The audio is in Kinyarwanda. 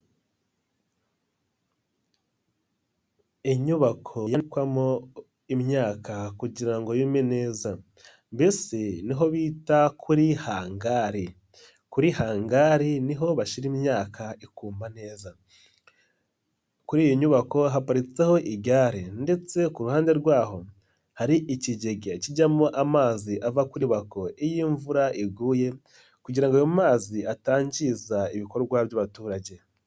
Inyubako yanikwamo imyaka kugira ngo yume neza, mbese niho bita kuri hangari. Kuri hangari niho hashira imyaka ikuma neza, kuri iyi nyubako hapatseho igare ndetse ku ruhande rwaho hari ikigega kijyamo amazi ava kuri iyi nyubako iyo imvura iguye kugira ngo ayo mazi atangiza ibikorwa by'abaturage.